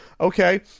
okay